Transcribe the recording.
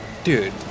dude